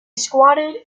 squatted